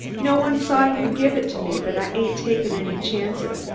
no one saw you give it to me, but i ain't takin' any chances,